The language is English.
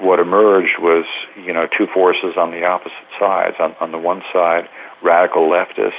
what emerged was you know two forces on the opposite sides. on on the one side radical leftists